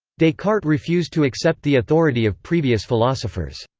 descartes refused to accept the authority of previous philosophers.